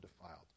defiled